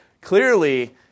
clearly